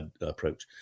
approach